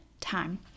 time